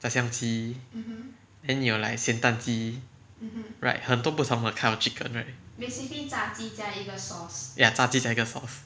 炸香鸡 then 你有 like 咸蛋鸡 right 很多不同的 kind of chicken right ya 炸鸡加一个 sauce